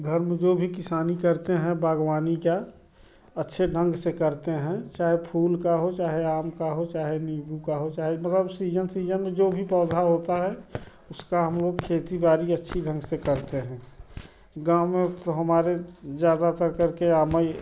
घर में जो भी किसानी करते हैं बागवानी का अच्छे ढंग से करते हैं चाहे फूल का हो चाहे आम का हो चाहे नीम्बू का हो चाहे मगर सीजन सीजन में जो भी पौधा होता है उसका हम लोग खेती बारी अच्छी ढंग से करते हैं गाँव में त हमारे ज़्यादातर करके आमई